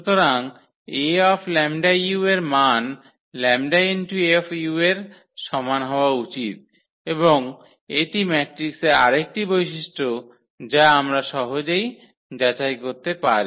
সুতরাং 𝐴𝜆u এর মান 𝜆𝐴u এর সমান হওয়া উচিত এবং এটি ম্যাট্রিক্সের আরেকটি বৈশিষ্ট্য যা আমরা সহজেই যাচাই করতে পারি